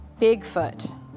Bigfoot